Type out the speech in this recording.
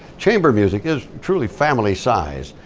chamber music is truly family sized,